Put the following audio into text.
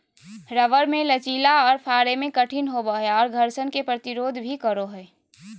rubber मे लचीला आर फाड़े मे कठिन होवो हय आर घर्षण के प्रतिरोध भी करो हय